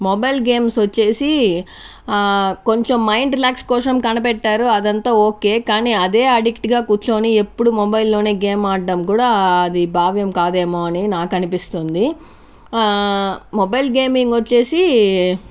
mobile games వచ్చేసి కొంచెం mind relax కోసం కనిపెట్టారు అదంతా ఓకే కానీ అదే అడిక్ట్గా కూర్చొని ఎప్పుడు మొబైల్ లోనే గేమ్ ఆడడం కూడా అదే భావ్యం కాదేమో అని నాకు అనిపిస్తుంది మొబైల్ గేమింగ్ వచ్చేసి